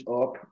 up